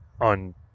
on